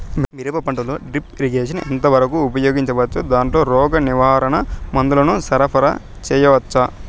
మిరప పంటలో drip irrigation ఎంత వరకు ఉపయోగించవచ్చు, దాంట్లో రోగ నివారణ మందుల ను సరఫరా చేయవచ్చా?